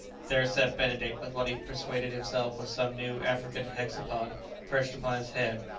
there sat benedict with what he persuaded himself was some new african hexapod perched upon his head,